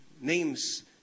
names